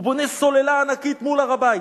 הוא בונה סוללה ענקית מול הר-הבית,